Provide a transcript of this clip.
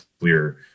clear